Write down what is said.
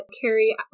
Carrie